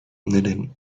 knitting